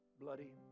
bloody